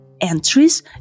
entries